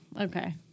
Okay